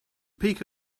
peak